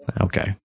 Okay